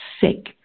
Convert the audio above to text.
sick